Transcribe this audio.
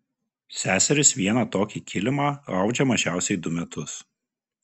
seserys vieną tokį kilimą audžia mažiausiai du metus